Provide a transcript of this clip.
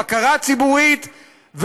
בקרה ציבורית,